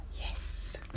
Yes